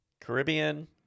Caribbean